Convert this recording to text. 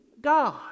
God